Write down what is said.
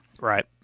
right